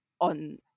on